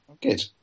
Good